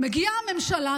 מגיעה הממשלה,